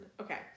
Okay